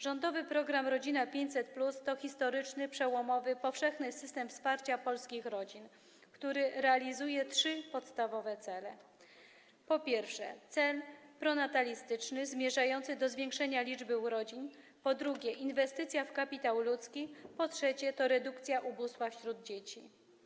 Rządowy program „Rodzina 500+” to historyczny, przełomowy, powszechny system wsparcia polskich rodzin, który realizuje trzy podstawowe cele: pierwszy to cel pronatalistyczny zmierzający do zwiększenia liczby urodzin, drugi - inwestycja w kapitał ludzki, trzeci - redukcja ubóstwa wśród dzieci.